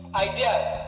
ideas